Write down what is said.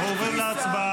אנחנו עוברים להצבעה,